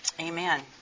Amen